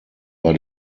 bei